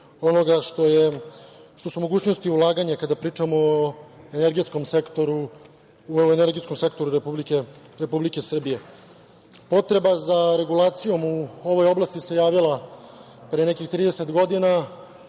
onoga što su mogućnosti ulaganja kada pričamo o energetskom sektoru Republike Srbije. Potreba za regulacijom u ovoj oblasti se javila pre nekih 30 godina